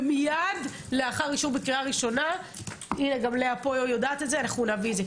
ומיד לאחר אישור בקריאה ראשונה נביא את זה.